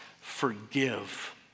Forgive